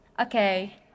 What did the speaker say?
Okay